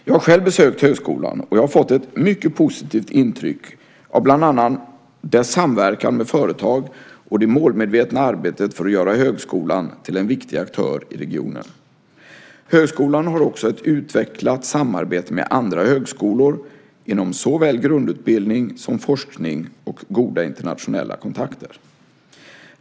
Jag har själv besökt högskolan och fick ett mycket positivt intryck av bland annat dess samverkan med företag och det målmedvetna arbetet för att göra högskolan till en viktig aktör i regionen. Högskolan har också ett utvecklat samarbete med andra högskolor inom såväl grundutbildning som forskning och goda internationella kontakter.